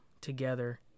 together